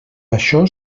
això